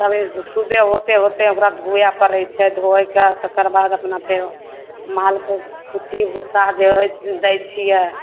तब ई सुबह होते होते ओकरा धुए पड़ैत छै धोइके तकरबाद अपना फेरो मालके कुट्टी भुस्सा जे होइत दै छियै